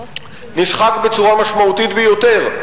נשחק בצורה משמעותית ביותר.